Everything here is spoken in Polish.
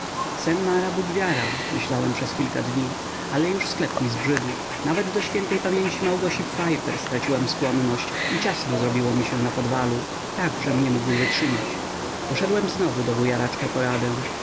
mara bóg wiara myślałem przez kilka dni ale już sklep mi obrzydł nawet do ś p małgosi pfeifer straciłem skłonność i ciasno zrobiło mi się na podwalu tak żem nie mógł wytrzymać poszedłem znowu do